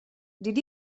did